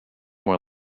more